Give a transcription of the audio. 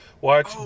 watch